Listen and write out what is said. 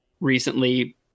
recently